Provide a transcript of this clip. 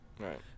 Right